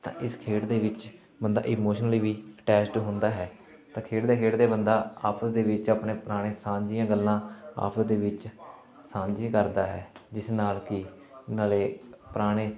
ਤਾਂ ਇਸ ਖੇਡ ਦੇ ਵਿੱਚ ਬੰਦਾ ਇਮੋਸ਼ਨਲੀ ਵੀ ਅਟੈਚਡ ਹੁੰਦਾ ਹੈ ਤਾਂ ਖੇਡਦੇ ਖੇਡਦੇ ਬੰਦਾ ਆਪਸ ਦੇ ਵਿੱਚ ਆਪਣੇ ਪੁਰਾਣੇ ਸਾਂਝ ਦੀਆਂ ਗੱਲਾਂ ਆਪਸ ਦੇ ਵਿੱਚ ਸਾਂਝੇ ਕਰਦਾ ਹੈ ਜਿਸ ਨਾਲ ਕਿ ਨਾਲ ਪੁਰਾਣੇ